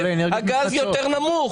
הגז נמוך יותר.